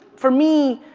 for me,